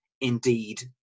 indeed